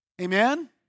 Amen